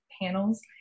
panels